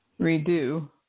redo